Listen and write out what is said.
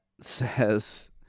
says